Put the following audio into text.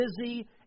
busy